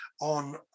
on